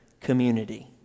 community